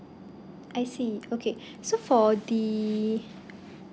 I see okay so for the